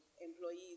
employees